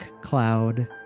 cloud